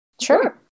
Sure